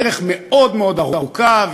הדרך מאוד מאוד ארוכה,